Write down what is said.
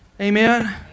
Amen